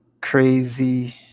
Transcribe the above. crazy